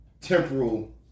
temporal